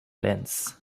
lens